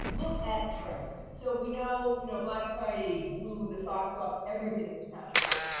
look at trends. so we know, you know, black friday blew the socks off everything this past year.